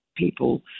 people